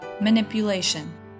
manipulation